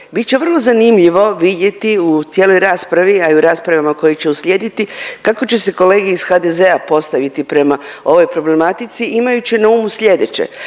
Bit će vrlo zanimljivo vidjeti u cijeloj raspravi, a i u raspravama koje će uslijediti, kako će se kolege iz HDZ-a postaviti prema ovoj problematici imajući na umu slijedeće,